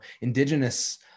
indigenous